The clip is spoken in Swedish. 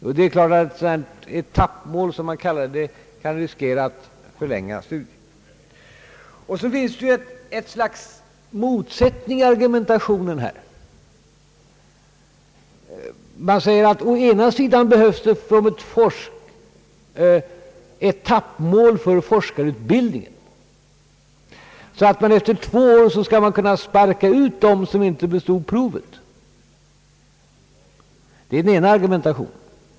Ett sådant här etappmål, som det kallas, kan förlänga studietiden. Det finns ett slags motsättning i argumentationen här. Det behövs, har det sagts, ett etappmål för forskarutbildningen, så att man efter två år skall kunna sparka ut dem som inte bestod provet. Det är den ena argumentationen.